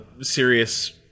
serious